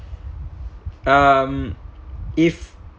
um if